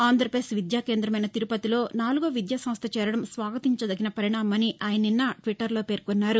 ఆంధ్రప్రదేశ్ విద్యా కేంద్రమైన తిరుపతిలో నాలుగో విద్యా సంస్ట చేరడం స్వాగతించదగిన పరిణామమని నిన్న ఆయన ట్విట్లర్లో పేర్కొన్నారు